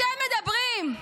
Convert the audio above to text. אתם מדברים?